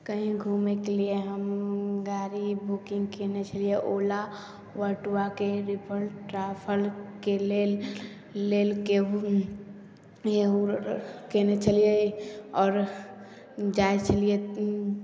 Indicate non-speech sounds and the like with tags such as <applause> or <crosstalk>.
कहीँ घुमैके लिए हम गाड़ी बुकिन्ग कएने छलिए ओला <unintelligible> ट्राफलके लेल लेल केहु केहु कएने छलिए आओर जाइ छलिए